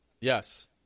Yes